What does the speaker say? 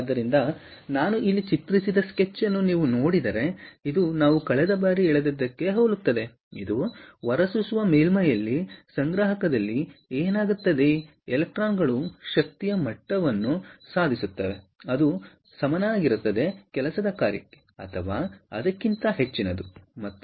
ಆದ್ದರಿಂದ ನಾನು ಇಲ್ಲಿ ಚಿತ್ರಿಸಿದ ಸ್ಕೆಚ್ ಅನ್ನು ನೀವು ನೋಡಿದರೆ ಇದು ನಾವು ಕಳೆದ ಬಾರಿ ಎಳೆದದ್ದಕ್ಕೆ ಹೋಲುತ್ತದೆ ಇದು ಹೊರಸೂಸುವ ಮೇಲ್ಮೈಯಲ್ಲಿ ಸಂಗ್ರಾಹಕದಲ್ಲಿ ಏನಾಗುತ್ತದೆ ಎಲೆಕ್ಟ್ರಾನ್ ಗಳು ಶಕ್ತಿಯ ಮಟ್ಟವನ್ನು ಸಾಧಿಸುತ್ತವೆ ಅದು ಸಮನಾಗಿರುತ್ತದೆ ಕೆಲಸದ ಕಾರ್ಯ ಅಥವಾ ಅದಕ್ಕಿಂತ ಹೆಚ್ಚಿನದು ಮತ್ತು